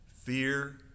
Fear